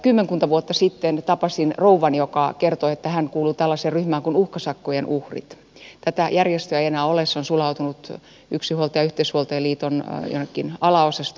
kymmenkunta vuotta sitten tapasin rouvan joka kertoi että hän kuuluu tällaiseen ryhmään kuin uhkasakkojen uhrit tätä järjestöä ei enää ole se on sulautunut yksinhuoltajien ja yhteishuoltajien liiton joksikin alaosastoksi